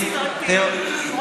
רוצח ילדים?